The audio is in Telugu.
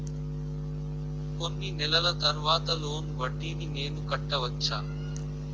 కొన్ని నెలల తర్వాత లోన్ వడ్డీని నేను కట్టవచ్చా?